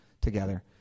together